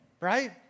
right